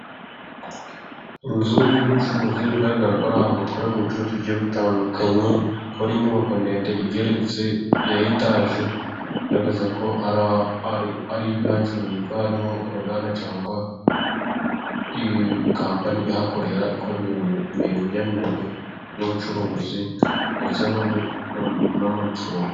Inzu y'ubucuruzi bigaragara ko ari ahantu hakorerwa ubucuruzi bugiye butandukanye. Ikaba ari inyubako ndende igeretse ya etaje bigaragaza ko ari ibihacururizwa hariho uruganda cyangwa kampani ihakorera, ikora imirimo ijyaniranye n'ubucuruzi ndetse n'amacumbi.